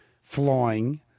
flying